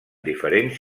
diferents